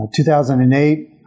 2008